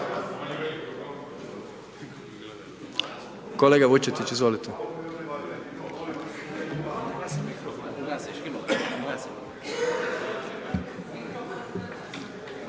Kolega Ćelić, izvolite.